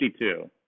52